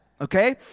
Okay